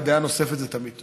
ודעה נוספת זה תמיד טוב.